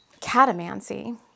Catamancy